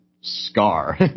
scar